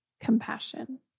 Compassion